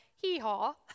hee-haw